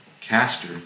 Caster